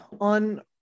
on